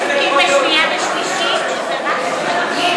יושבים פה ומצביעים אתם פה-אחד,